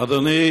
אדוני